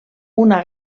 una